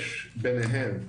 יש ביניהן,